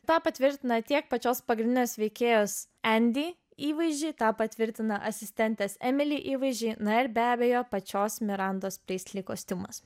tą patvirtina tiek pačios pagrindinės veikėjos įvaizdžiai tą patvirtina asistentės emilyje įvaizdžiai na ir be abejo pačios miranda pristli kostiumas